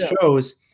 shows